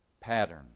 pattern